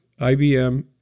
IBM